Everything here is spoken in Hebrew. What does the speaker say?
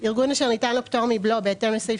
ארגון שניתן לו פטור מבלו בהתאם לסעיף